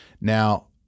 Now